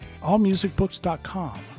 Allmusicbooks.com